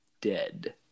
dead